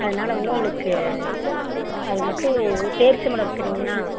அதனால வந்து உங்களுக்கு அது மட்டும் பேரீச்சம்பழம் இருக்குதுல்லிங்களா